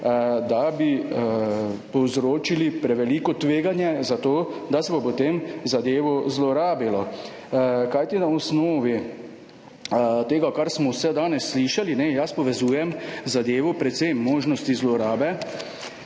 potem povzročili preveliko tveganje za to, da se bo potem zadevo zlorabilo. Kajti na osnovi vsega tega, kar smo danes slišali, povezujem zadevo predvsem v možnosti zlorabe